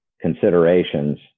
considerations